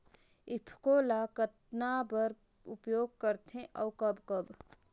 ईफको ल कतना बर उपयोग करथे और कब कब?